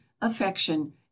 affection